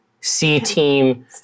C-Team